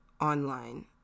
online